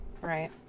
Right